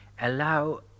allow